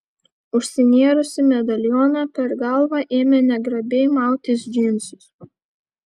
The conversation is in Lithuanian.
užsinėrusi medalioną per galvą ėmė negrabiai mautis džinsus